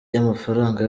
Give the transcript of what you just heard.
y’amafaranga